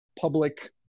public